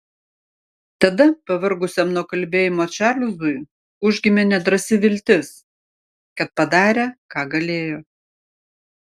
tada pavargusiam nuo kalbėjimo čarlzui užgimė nedrąsi viltis kad padarė ką galėjo